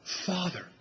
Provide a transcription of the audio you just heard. Father